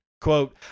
Quote